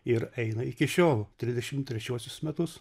ir eina iki šiol trisdešim trečiuosius metus